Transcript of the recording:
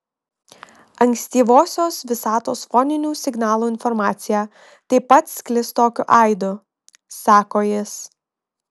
ankstyvosios visatos foninių signalų informacija taip pat sklis tokiu aidu sako jis